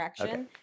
Okay